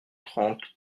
trente